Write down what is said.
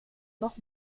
noch